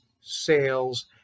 sales